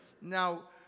Now